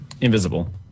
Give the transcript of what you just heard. Invisible